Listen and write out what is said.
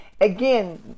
again